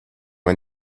ein